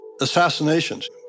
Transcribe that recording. assassinations